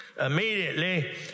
Immediately